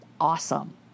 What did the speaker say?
awesome